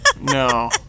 No